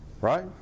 right